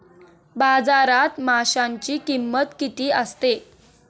बाजारात माशांची किंमत किती असते?